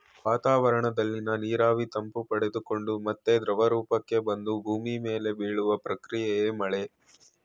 ವಾತಾವರಣದಲ್ಲಿನ ನೀರಾವಿ ತಂಪು ಪಡೆದುಕೊಂಡು ಮತ್ತೆ ದ್ರವರೂಪಕ್ಕೆ ಬಂದು ಭೂಮಿ ಮೇಲೆ ಬೀಳುವ ಪ್ರಕ್ರಿಯೆಯೇ ಮಳೆ